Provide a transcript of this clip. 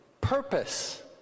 purpose